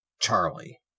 Charlie